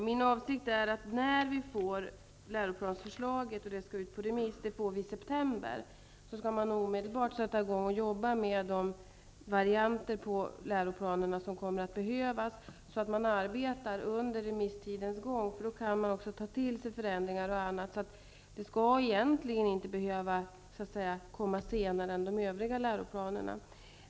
Fru talman! Min avsikt är att arbetet med nödvändiga varianter på läroplanerna omedelbart skall sättas i gång när vi i september har fått ut läroplansförslaget på remiss. På så sätt arbetar man under remisstidens gång och kan ta till sig förändringar och annat. Varianterna skall egentligen inte behöva komma senare än de övriga läroplanerna.